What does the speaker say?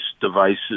devices